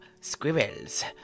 squirrels